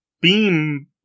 beam